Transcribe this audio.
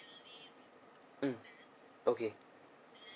mm okay